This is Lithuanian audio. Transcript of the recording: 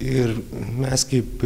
ir mes kaip